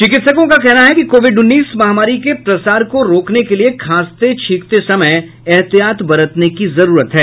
चिकित्सकों का कहना है कि कोविड उन्नीस महामारी के प्रसार को रोकने के लिए खांसते छिकते समय एहतियात बरतने की जरूरत है